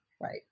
Right